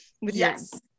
yes